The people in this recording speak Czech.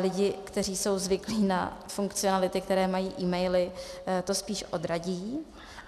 Lidé, kteří jsou zvyklí na funkcionality, které mají maily, to spíš odradí,